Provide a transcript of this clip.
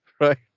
Right